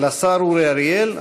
לשר אורי אריאל.